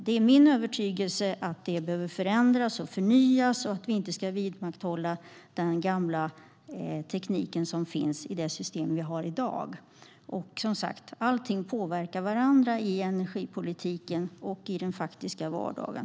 Det är min övertygelse att det behöver förändras och förnyas och att vi inte ska vidmakthålla den gamla teknik som finns i det system som vi har i dag. Allting påverkar varandra i energipolitiken och i den faktiska vardagen.